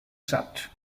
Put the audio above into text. said